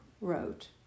wrote